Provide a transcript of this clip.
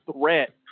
threat